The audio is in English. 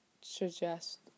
suggest